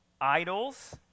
idols